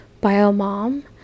bio-mom